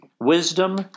Wisdom